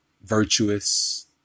virtuous